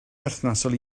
berthnasol